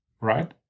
right